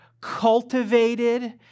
cultivated